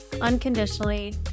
unconditionally